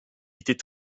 était